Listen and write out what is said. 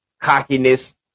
cockiness